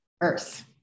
earth